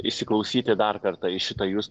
įsiklausyti dar kartą į šitą jus